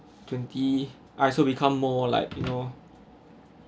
twenty I still become more like you know